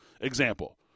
example